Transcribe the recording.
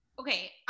Okay